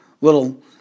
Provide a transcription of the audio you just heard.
little